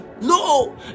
no